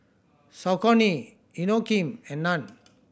Saucony Inokim and Nan